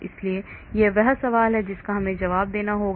इसलिए यह वह सवाल है जिसका हमें जवाब देना होगा